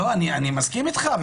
אני מסכים איתך.